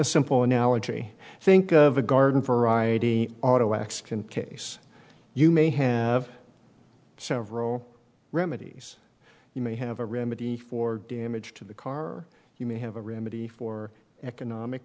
simple analogy think of a garden variety auto accident case you may have several remedies you may have a remedy for damage to the car you may have a remedy for economic